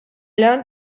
learned